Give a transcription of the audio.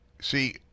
See